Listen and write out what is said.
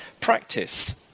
practice